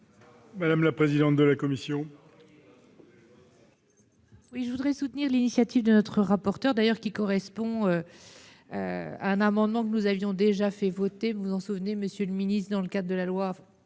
Mme la présidente de la commission.